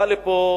באה לפה